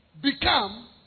become